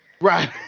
right